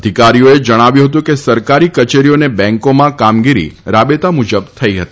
અધિકારીઓએ જણાવ્યું હતું કે સરકારી કચેરીઓ અને બેન્કોમાં કામગીરી રાબેતા મુજબ થઇ હતી